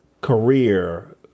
career